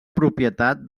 propietat